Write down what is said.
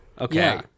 okay